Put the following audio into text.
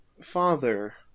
father